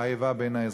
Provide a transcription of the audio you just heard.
האיבה בין האזרחים.